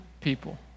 people